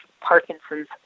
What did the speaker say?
Parkinson's